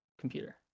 computer